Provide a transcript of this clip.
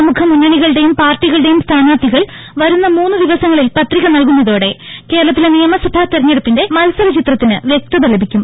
പ്രമുഖ മുന്നണികളുടേയും പാർട്ടികളുടേയും സ്ഥാനാർഥികൾ വരുന്ന മൂന്ന് ദിവസങ്ങളിൽ പത്രിക നൽകുന്നതോടെ കേരളത്തിലെ നിയമസഭാ തെരഞ്ഞെടുപ്പിന്റെ മത്സര ചിത്രത്തിന് വ്യക്തത ലഭിക്കും